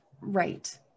Right